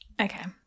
Okay